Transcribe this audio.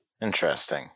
Interesting